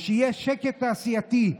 ושיהיה שקט תעשייתי.